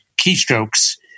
keystrokes